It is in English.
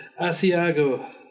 asiago